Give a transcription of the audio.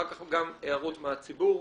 אחר כך הערות מהציבור.